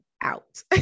out